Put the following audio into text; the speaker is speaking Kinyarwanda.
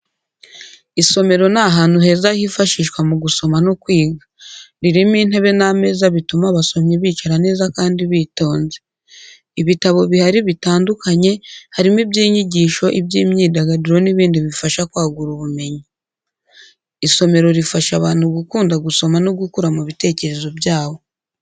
Isomero ni ahantu heza hifashishwa mu gusoma no kwiga. Ririmo intebe n’ameza bituma abasomyi bicara neza kandi bitonze. Ibitabo bihari bitandukanye, harimo iby’inyigisho, iby’imyidagaduro n’ibindi bifasha kwagura ubumenyi. Isomero rifasha abantu gukunda gusoma no gukura mu bitekerezo byabo.